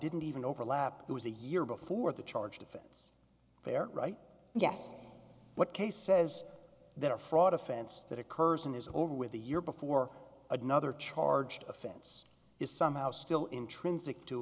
didn't even overlap there was a year before the charge difference there right yes what case says that a fraud offense that occurs and is over with the year before a nother charge offense is somehow still intrinsic